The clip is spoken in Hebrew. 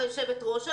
היושבת-ראש,